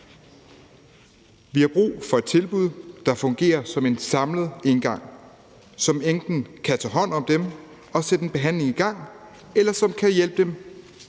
Vi har brug for et tilbud, der fungerer som en samlet indgang, og som enten kan tage hånd om dem og sætte en behandling i gang, eller som kan hjælpe dem